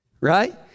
right